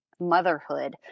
motherhood